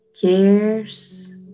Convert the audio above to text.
cares